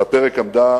על הפרק עמדה